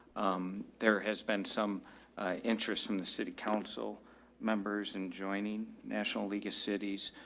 um, there has been some interest from the city council members and joining national league of cities.